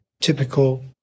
typical